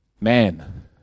man